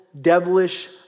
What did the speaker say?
devilish